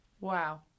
wow